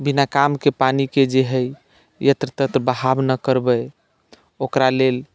बिना कामके पानिके जे हइ यत्र तत्र बहाव नहि करबै ओकरा लेल